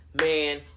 man